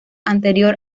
anterior